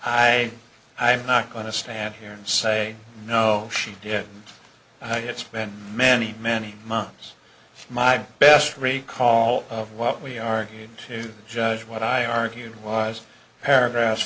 i i'm not going to stand here and say no she did i think it's been many many months my best recall of what we are going to judge what i argued was paragraphs